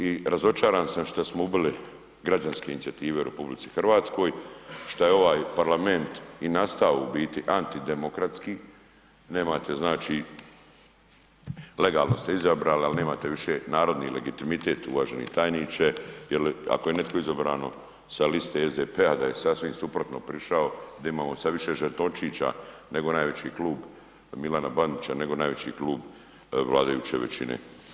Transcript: I razočaran sam što smo ubili građansku inicijative u RH, šta je ovaj Parlamenta i nastao u biti antidemokratski, nemate znači legalno ste izabrali, ali nemate više narodni legitimitet uvaženi tajniče jel ako je neko izabran sa liste SDP-a da je sasvim suprotno prišao, da imamo sada više žetončića nego najveći klub Milana Bandića nego najveći klub vladajuće većine.